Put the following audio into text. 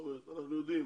אנחנו יודעים